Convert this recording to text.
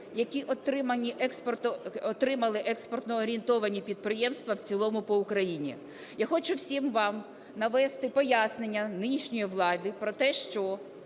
які отримали експортно-орієнтовані підприємства в цілому по Україні. Я хочу всім вам навести пояснення нинішньої влади про те, що